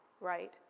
right